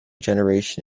generation